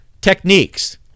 techniques